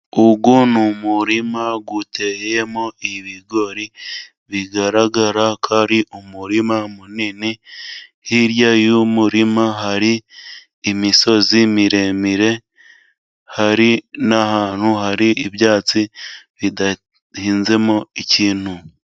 Uyu ni umurima uteyemo ibigori bigaragarako ari umurima munini, hirya y'uwo murima hari imisozi miremire, hari n'ahantu hari ibyatsi bidahinzemo ikintu.